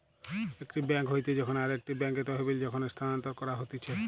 একটি বেঙ্ক হইতে যখন আরেকটি বেঙ্কে তহবিল যখন স্থানান্তর করা হতিছে